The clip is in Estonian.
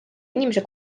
inimese